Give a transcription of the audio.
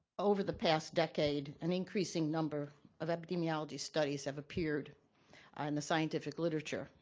over the past decade, an increasing number of epidemiology studies have appeared on the scientific literature,